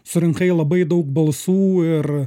surinkai labai daug balsų ir